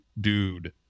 dude